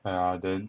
!aiya! then